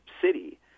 city